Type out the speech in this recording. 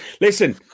Listen